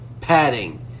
padding